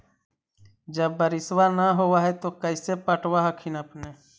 जब बारिसबा नय होब है तो कैसे पटब हखिन अपने?